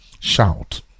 Shout